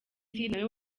nawe